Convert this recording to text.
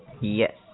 Yes